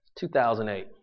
2008